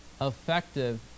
effective